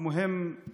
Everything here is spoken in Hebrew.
אבל אתה